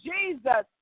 Jesus